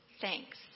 Thanks